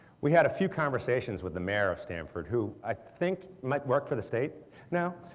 we had a few conversations with the mayor of stamford who i think might work for the state now,